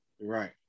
Right